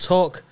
Talk